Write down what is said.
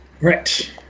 right